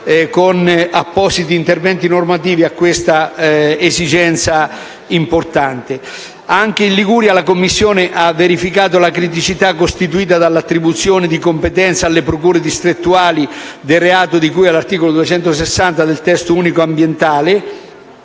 con appositi interventi normativi a questa esigenza importante. Anche in Liguria la Commissione ha verificato la criticità costituita dall'attribuzione di competenze alle procure distrettuali del reato di cui all'articolo 260 del Testo unico ambientale.